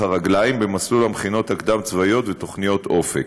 הרגליים במסלול המכינות קדם-צבאיות ותוכניות אופק.